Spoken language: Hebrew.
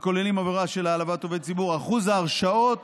הכוללים עבירה של העלבת עובד ציבור, אחוז ההרשעות